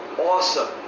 awesome